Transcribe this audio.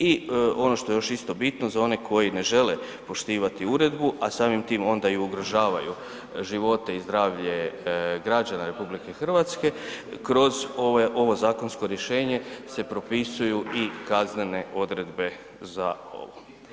I ono što je još isto bitno, za one koji ne žele poštivati uredbu, a samim time onda i ugrožavaju živote i zdravlje građana RH, kroz ovo zakonsko rješenje se propisuju i kaznene odredbe za ovo.